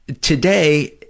today